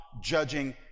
judging